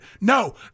No